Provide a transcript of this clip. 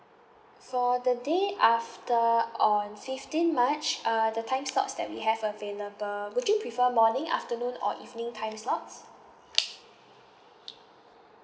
for the day after on fifteen march uh the time slots that we have available would you prefer morning afternoon or evening time slots